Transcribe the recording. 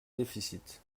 déficit